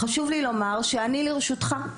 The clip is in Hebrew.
חשוב לי לומר שאני לרשותך,